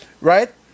right